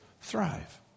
thrive